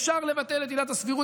אפשר לבטל את עילת הסבירות.